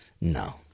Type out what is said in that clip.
No